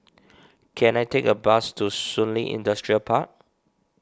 can I take a bus to Shun Li Industrial Park